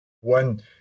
One